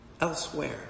elsewhere